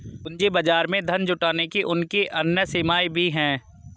पूंजी बाजार में धन जुटाने की उनकी अन्य सीमाएँ भी हैं